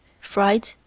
fried